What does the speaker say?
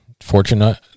fortunate